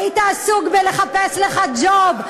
היית עסוק בלחפש לך ג'וב.